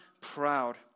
proud